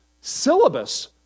Syllabus